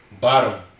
Bottom